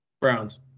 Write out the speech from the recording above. Browns